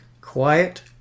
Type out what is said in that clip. quiet